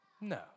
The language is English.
No